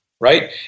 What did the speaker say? right